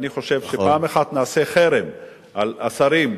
אני חושב שפעם אחת נעשה חרם על השרים,